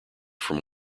from